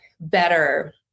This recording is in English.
better